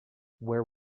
where